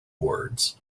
words